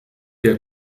der